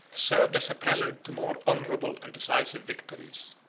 served as a prelude to more honorable and decisive victories.